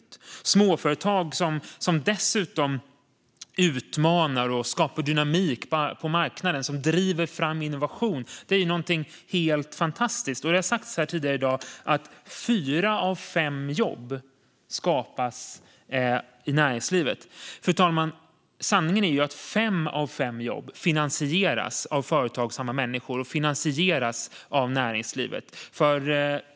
Det handlar om småföretag som dessutom utmanar och skapar dynamik på marknaden. De driver fram innovation. Det är något helt fantastiskt. Tidigare i dag har det sagts att fyra av fem jobb skapas i näringslivet. Sanningen är, fru talman, att fem av fem jobb finansieras av företagsamma människor och näringslivet.